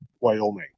Wyoming